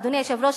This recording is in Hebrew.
אדוני היושב-ראש,